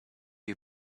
you